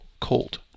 colt